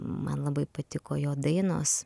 man labai patiko jo dainos